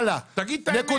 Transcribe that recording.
תגיד את האמת.